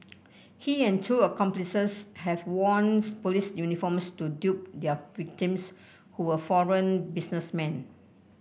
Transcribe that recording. he and two accomplices had worn's police uniforms to dupe their victims who were foreign businessmen